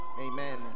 Amen